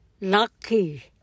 Lucky